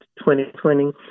2020